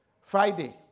Friday